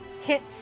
Hits